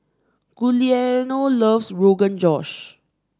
Guillermo loves Rogan Josh